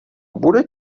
bude